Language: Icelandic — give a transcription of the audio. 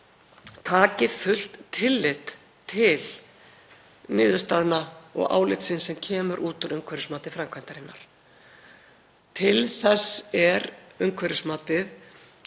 taki fullt tillit til niðurstaðna og álitsins sem kemur út úr umhverfismati framkvæmdarinnar. Til þess er umhverfismatið